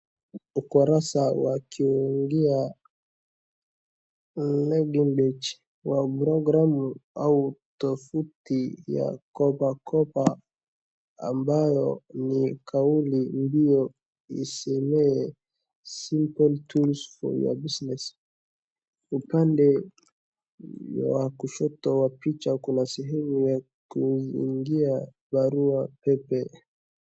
Ukurasa wa kuingia login page wa programu au tovuti ya Kopa Kopa, ambayo ni kauli mbiu iseme Simple Tools For Your Business . Upande wa kushoto wa picha kuna sehemu ya kuingia barua pepe.